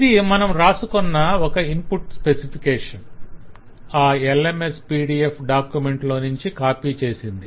ఇది మనం రాసుకున్న ఒక ఇన్పుట్ స్పెసిఫికేషన్ - ఆ LMS PDF డాక్యుమెంట్ లోనుంచి కాపి చేసింది